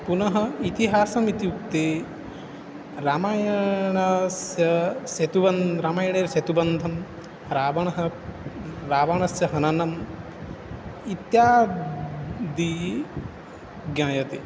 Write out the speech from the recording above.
पुनः इतिहासम् इत्युक्ते रामायणस्य सेतुबन्धः रामायणे सतुबन्धं रावणः रावणस्य हननम् इत्यादि ज्ञायते